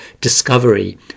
discovery